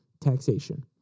taxation